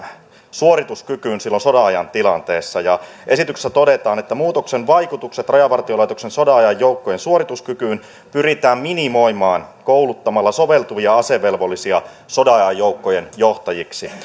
suorituskykyyn silloin sodan ajan tilanteessa esityksessä todetaan että muutoksen vaikutukset rajavartiolaitoksen sodan ajan joukkojen suorituskykyyn pyritään minimoimaan kouluttamalla soveltuvia asevelvollisia sodan ajan joukkojen johtajiksi